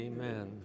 Amen